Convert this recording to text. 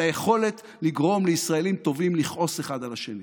על היכולת לגרום לישראלים טובים לכעוס אחד על השני